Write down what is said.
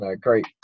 great